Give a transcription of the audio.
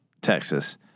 Texas